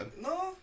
No